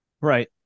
Right